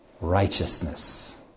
righteousness